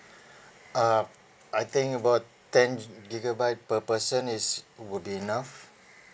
uh I think about ten g~ gigabyte per person is would be enough